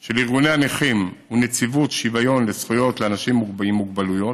של ארגוני הנכים ונציבות שוויון לזכויות לאנשים עם מוגבלות,